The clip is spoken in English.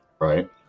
right